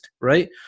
right